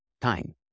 time